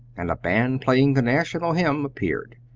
and a band playing the national hymn appeared.